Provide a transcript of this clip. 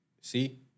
See